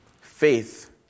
faith